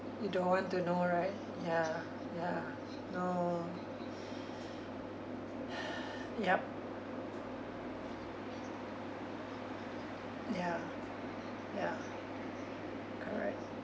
you don't want to know right ya ya no yup ya ya correct